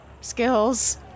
skills